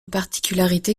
particularité